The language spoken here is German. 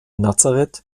nazareth